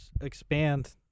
expand